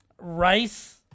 rice